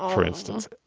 for instance.